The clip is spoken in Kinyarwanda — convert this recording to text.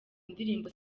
ndirimbo